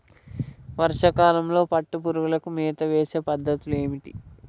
వర్షా కాలంలో పట్టు పురుగులకు మేత వేసే పద్ధతులు ఏంటివి?